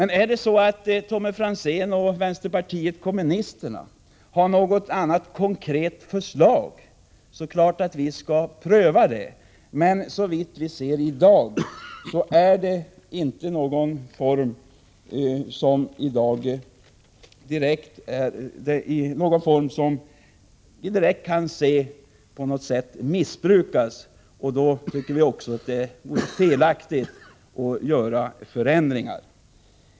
Har Tommy Franzén och vänsterpartiet kommunisterna något konkret förslag, skall vi naturligtvis pröva det. Såvitt vi ser i dag missbrukas inte representationen, och då tycker vi inte att man skall göra ändringar.